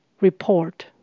Report